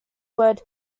word